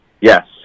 Yes